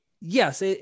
Yes